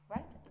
Right